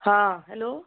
हा हॅलो